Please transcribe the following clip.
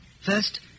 First